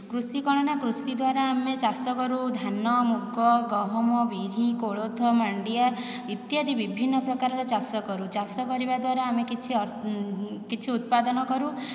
କୃଷି କ'ଣ ନା କୃଷି ଦ୍ୱାରା ଆମେ ଚାଷ କରୁ ଧାନ ମୁଗ ଗହମ ବିରି କୋଳଥ ମାଣ୍ଡିଆ ଇତ୍ୟାଦି ବିଭିନ୍ନ ପ୍ରକାରର ଚାଷ କରୁ ଚାଷ କରିବା ଦ୍ୱାରା ଆମେ କିଛି କିଛି ଉତ୍ପାଦନ କରୁ